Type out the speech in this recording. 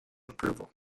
approval